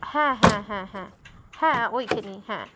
হ্যাঁ হ্যাঁ হ্যাঁ হ্যাঁ হ্যাঁ ওইখানেই হ্যাঁ